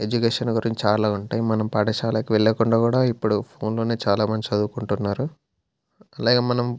education గురించి చాలా ఉంటాయి మనం పాఠశాలకు వెళ్ళకుండా కూడా ఇప్పుడు ఫోన్లోనే చాలా మంది చదువుకుంటున్నారు అలాగే మనం